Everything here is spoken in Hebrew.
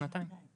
שנתיים.